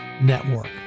Network